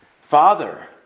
Father